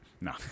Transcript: No